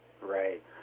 Right